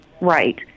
right